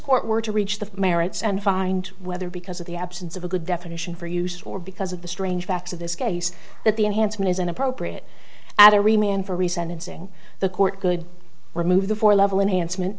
court were to reach the merits and find whether because of the absence of a good definition for use or because of the strange facts of this case that the enhancement is inappropriate at every man for resentencing the court good remove the four level enhancement